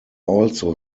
also